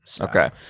Okay